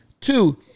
Two